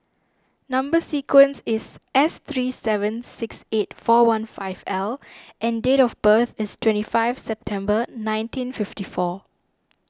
Number Sequence is S three seven six eight four one five L and date of birth is twenty five September nineteen fifty four